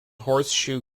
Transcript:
horseshoe